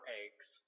eggs